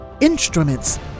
instruments